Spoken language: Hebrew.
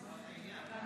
גברתי, בבקשה, דקה.